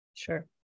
Sure